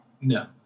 No